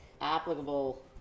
applicable